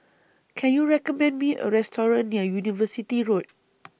Can YOU recommend Me A Restaurant near University Road